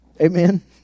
Amen